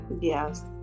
yes